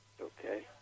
Okay